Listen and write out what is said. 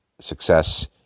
success